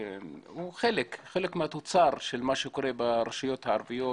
היא חלק מהתוצר של מה שקורה ברשויות הערביות